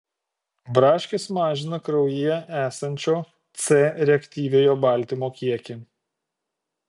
braškės mažina kraujyje esančio c reaktyviojo baltymo kiekį